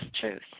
truth